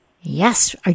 yes